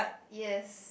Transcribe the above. yes